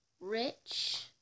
rich